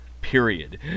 period